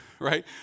right